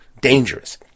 dangerous